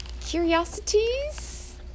Curiosities